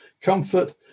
comfort